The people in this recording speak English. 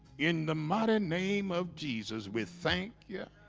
in the modern name of jesus. we thank yeah